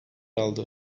aldı